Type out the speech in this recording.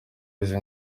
izi